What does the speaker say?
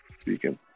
Speaking